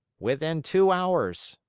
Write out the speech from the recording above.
within two hours.